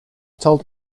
told